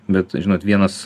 bet žinot vienas